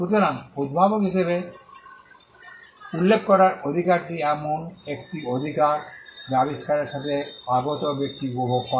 সুতরাং উদ্ভাবক হিসাবে উল্লেখ করার অধিকারটি এমন একটি অধিকার যা আবিষ্কারের সাথে আগত ব্যক্তি উপভোগ করে